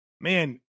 man